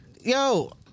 Yo